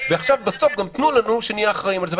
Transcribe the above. ועכשיו בסוף גם תנו לנו שנהיה אחראים על זה.